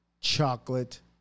chocolate